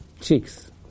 Cheeks